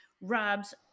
Rob's